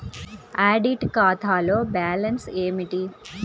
Audit ఖాతాలో balance ఏమిటీ?